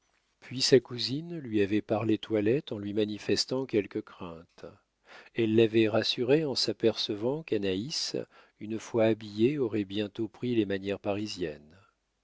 puis sa cousine lui avait parlé toilette en lui manifestant quelque crainte elle l'avait rassurée en s'apercevant qu'anaïs une fois habillée aurait bientôt pris les manières parisiennes